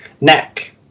neck